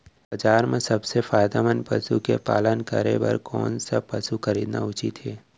बजार म सबसे फायदामंद पसु के पालन करे बर कोन स पसु खरीदना उचित हे?